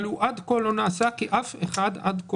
אבל הוא עד כה לא נעשה כי עד כה אף אחד מגורמי